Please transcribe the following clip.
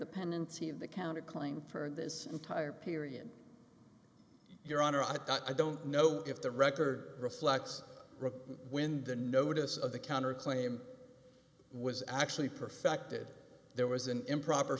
the pendency of the counter claim for this entire period your honor i've got i don't know if the record reflects when the notice of the counterclaim was actually perfected there was an improper